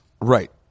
Right